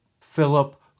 Philip